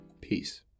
peace